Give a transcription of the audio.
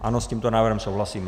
Ano, s tímto návrhem souhlasíme.